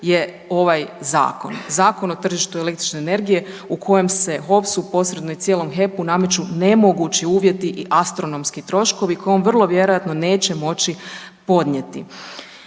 je ovaj zakon, Zakon o tržištu električne energije u kojem se HOPS-u posredno i cijelom HEP-u nameću nemogući uvjeti i astronomski troškovi koje on vrlo vjerojatno neće moći podnijeti.